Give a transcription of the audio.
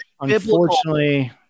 unfortunately